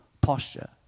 posture